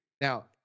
Now